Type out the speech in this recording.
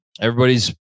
Everybody's